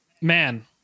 man